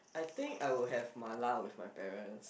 I think I would have mala with my parents